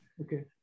Okay